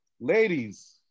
Ladies